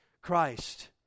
Christ